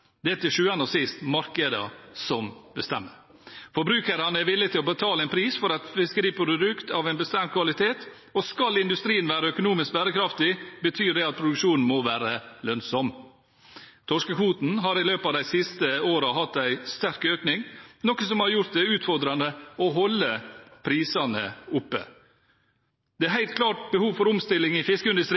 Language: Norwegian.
Det er til sjuende og sist markedene som bestemmer. Forbrukerne er villige til å betale en pris for et fiskeriprodukt av en bestemt kvalitet, og skal industrien være økonomisk bærekraftig, betyr det at produksjonen må være lønnsom. Torskekvoten har i løpet av de siste årene hatt en sterk økning, noe som har gjort det utfordrende å holde prisene oppe. Det er helt klart behov for omstilling i fiskeindustrien,